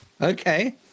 okay